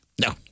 No